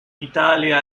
italia